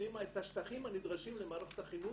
פנימה את השטחים הנדרשים למערכת החינוך,